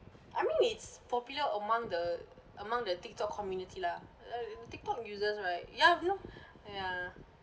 I mean it's popular among the among the TikTok community lah err TikTok users right ya you know ya